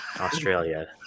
Australia